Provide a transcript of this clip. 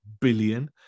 billion